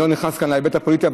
אני לא נכנס כאן להיבט הפוליטי,